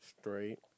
Straight